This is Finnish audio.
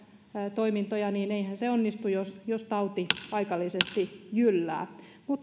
toimintoja niin eihän se onnistu jos jos tauti paikallisesti jyllää